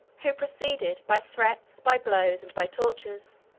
who proceeded, by threats, by blows, and by tortures,